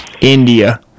India